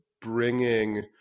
bringing